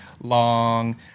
long